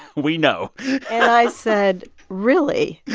we know and i said, really?